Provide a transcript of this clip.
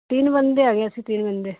ਤਿੰਨ ਬੰਦੇ ਹੈਗੇ ਅਸੀਂ ਤਿੰਨ ਬੰਦੇ